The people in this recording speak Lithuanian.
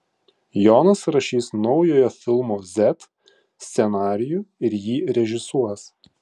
jonas rašys naujojo filmo z scenarijų ir jį režisuos